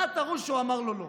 תראו אחד שהוא אמר לו לא.